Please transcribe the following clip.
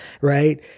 right